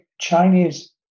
Chinese